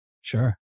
Sure